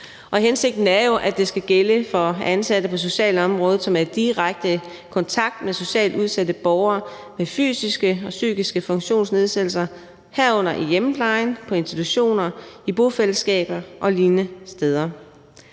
hensigten er jo, at det skal gælde for ansatte på socialområdet, som er i direkte kontakt med socialt udsatte borgere med fysiske og psykiske funktionsnedsættelser, herunder i hjemmeplejen, på institutioner, i bofællesskaber og lignende steder.